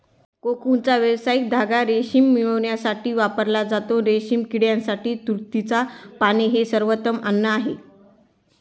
कोकूनचा व्यावसायिक धागा रेशीम मिळविण्यासाठी वापरला जातो, रेशीम किड्यासाठी तुतीची पाने हे सर्वोत्तम अन्न आहे